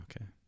okay